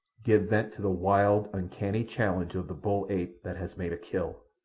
give vent to the wild, uncanny challenge of the bull-ape that has made a kill.